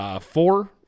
four